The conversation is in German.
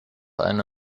eine